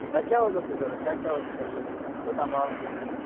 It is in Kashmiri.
تۄہہِ کیٛاہ حظ اوسوٕ ضروٗرت کیٛاہ کیٛاہ اوسوٕ تۄہہِ ضروٗرت کوٗتاہ مال کوٗتاہ چھُ تۄہہِ نِیُن